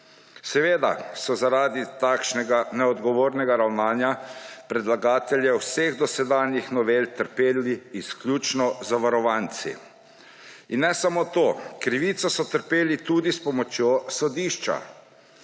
Seveda so zaradi takšnega neodgovornega ravnanja predlagateljev vseh dosedanjih novel trpeli izključno zavarovanci. In ne samo to, krivico so trpeli tudi s pomočjo sodišča.